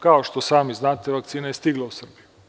Kao što sami znate, vakcina je stigla u Srbiju.